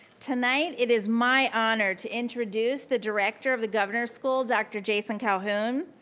tonight, it is my honor to introduce the director of the governor school, dr. jason calhoun,